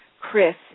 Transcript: Chris